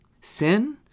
Sin